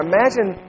Imagine